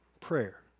Prayer